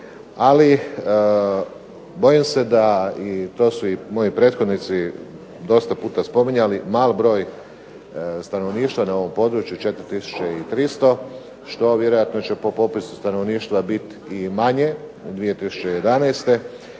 ali bojim se da i to su moji prethodnici dosta puta spominjali, mali broj stanovnika na ovom području 4300, što vjerojatno će po popisu stanovništva biti i manje u 2011.